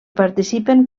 participen